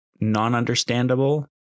non-understandable